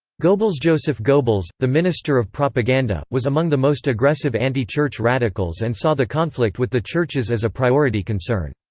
goebbelsjoseph goebbels, the minister of propaganda, was among the most aggressive anti-church radicals and saw the conflict with the churches as a priority concern.